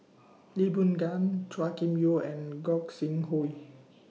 Lee Boon Ngan Chua Kim Yeow and Gog Sing Hooi